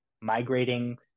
migrating